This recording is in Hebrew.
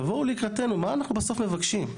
תבואו לקראתנו, מה אנחנו בסוף מבקשים?